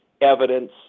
evidence